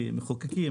כמחוקקים,